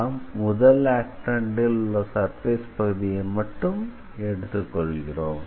நாம் முதல் ஆக்டெண்ட் ல் உள்ள சர்ஃபேஸ் பகுதியை மட்டும் எடுத்துக் கொள்கிறோம்